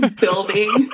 building